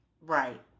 Right